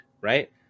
right